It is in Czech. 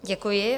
Děkuji.